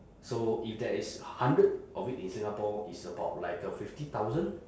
so if there is hundred of it in singapore it's about like a fifty thousand